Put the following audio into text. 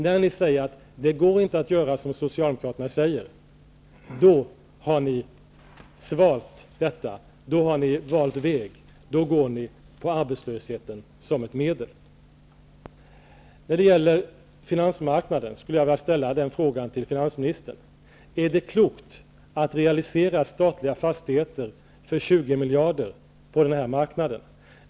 När ni säger att det inte går att göra som Socialdemokraterna föreslår, då har ni valt väg, då accepterar ni arbetslösheten som ett medel. När det gäller finansmarknaden skulle jag vilja ställa frågan till finansministern: Är det klokt att realisera statliga fastigheter för 20 miljarder på den marknaden?